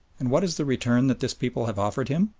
and what is the return that this people have offered him?